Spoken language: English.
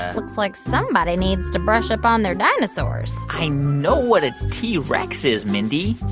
looks like somebody needs to brush up on their dinosaurs i know what a t. rex is, mindy